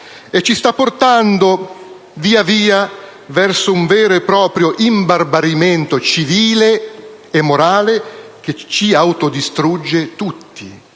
e ci sta portando via via verso un vero e proprio imbarbarimento civile e morale che ci autodistrugge tutti: